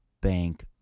Bank